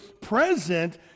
present